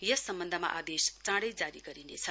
यस सम्बन्धमा आदेश चाँडै जारी गरिनेछ